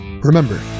Remember